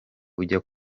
ujya